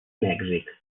mèxic